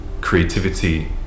creativity